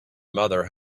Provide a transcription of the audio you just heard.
mother